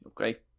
Okay